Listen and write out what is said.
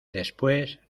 después